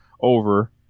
over